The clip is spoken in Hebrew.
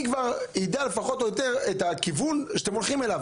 אני אדע פחות או יותר את הכיוון שאתם הולכים אליו.